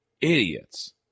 Idiots